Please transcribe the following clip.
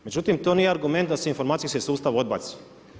Međutim, to nije argument da se informacijski sustav odbaci.